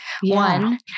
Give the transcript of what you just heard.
one